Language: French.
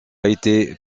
été